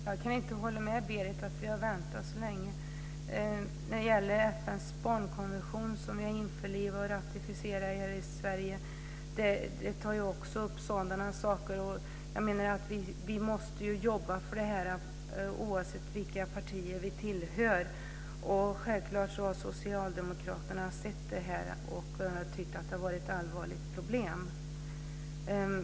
Fru talman! Jag kan inte hålla med Berit om att vi har väntat särskilt länge. FN:s barnkonvention, som vi har införlivat och ratificerat i Sverige, tar också upp sådana här saker. Jag menar att vi måste jobba för det här oavsett vilka partier vi tillhör. Självklart har socialdemokraterna sett det här och tyckt att det har varit ett allvarligt problem.